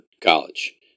College